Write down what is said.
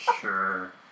Sure